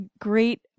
great